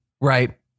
Right